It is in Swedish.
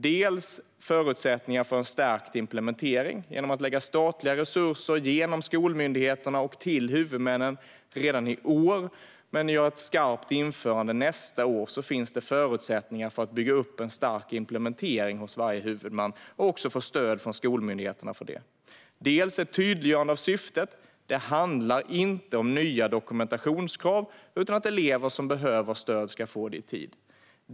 Det första är förutsättningar för en stärkt implementering. Genom att lägga statliga resurser genom skolmyndigheterna och till huvudmännen redan i år men göra ett skarpt införande nästa år finns det förutsättningar för att bygga upp en stark implementering hos varje huvudman och också få stöd från skolmyndigheterna för det. Det andra är ett tydliggörande av syftet. Det handlar inte om nya dokumentationskrav utan om att elever som behöver stöd ska få det i tid.